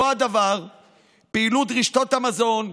אותו הדבר עם פעילות רשתות המזון,